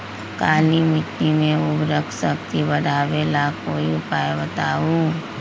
काली मिट्टी में उर्वरक शक्ति बढ़ावे ला कोई उपाय बताउ?